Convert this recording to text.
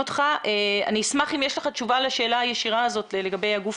יש לך תשובה ישירה לגבי הגוף